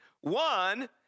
One